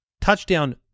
touchdown